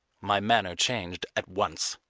my manner changed at once.